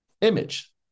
image